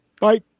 Bye